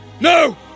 No